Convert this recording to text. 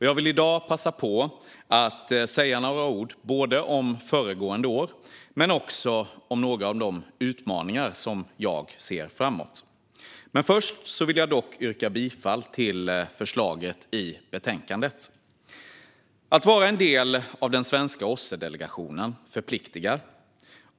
Jag vill i dag passa på att säga några ord om föregående år men också om några av de utmaningar som jag ser framöver. Först vill jag dock yrka bifall till utskottets förslag i betänkandet. Att vara en del av den svenska OSSE-delegationen förpliktar.